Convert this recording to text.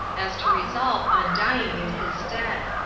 as to resolve on dying in his stead.